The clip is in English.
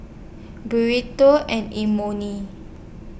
Burrito and Imoni